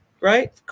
right